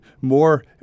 more